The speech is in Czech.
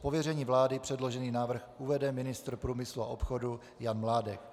Z pověření vlády předložený návrh uvede ministr průmyslu a obchodu Jan Mládek.